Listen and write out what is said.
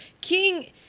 king